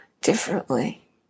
differently